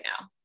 now